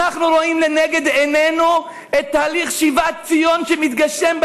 אנחנו רואים לנגד עינינו את תהליך שיבת ציון שמתגשם,